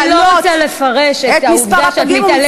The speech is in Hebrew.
אני לא רוצה לפרש את העובדה שאת מתעלמת,